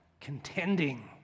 contending